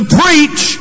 preach